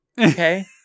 Okay